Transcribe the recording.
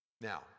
Now